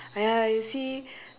ya you see